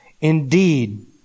indeed